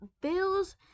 Bills